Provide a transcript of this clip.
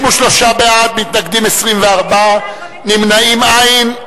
53 בעד, מתנגדים, 24, נמנעים, אין.